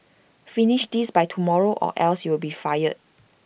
finish this by tomorrow or else you'll be fired